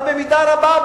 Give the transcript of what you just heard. אבל במידה רבה,